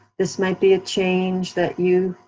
this might be a change that you